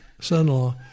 son-in-law